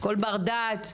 כול בר-דעת,